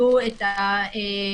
היו את הקבלנים,